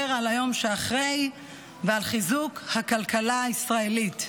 על היום שאחרי ועל חיזוק הכלכלה הישראלית.